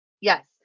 Yes